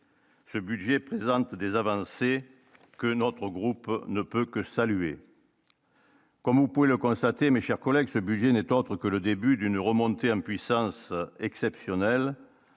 Ce budget présente des avancées que notre groupe ne peut que saluer. Comme vous pouvez le constater, mes chers collègues, ce budget n'est autre que le début d'une remontée en puissance exceptionnelle